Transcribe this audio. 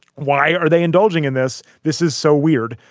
why are they indulging in this? this is so weird.